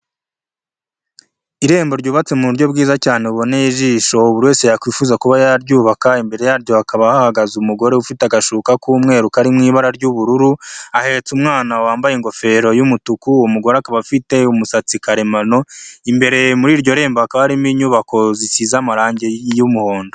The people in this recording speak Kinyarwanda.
Irembo ryubatse mu buryo bwiza cyane buboneye ijisho buri wese yakwifuza kuba yaryubaka imbere yaryo hakaba hahagaze umugore ufite agashuka k'umweru kari mu ibara ry'ubururu, ahetse umwana wambaye ingofero y'umutuku umugore akaba afite umusatsi karemano, imbere muri iryo rembo ha akaba harimo inyubako zisize amarangi y'umuhondo.